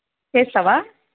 చేస్తావా